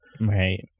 right